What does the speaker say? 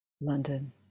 London